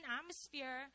atmosphere